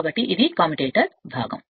కాబట్టి ఇది కమ్యుటేటర్ భాగం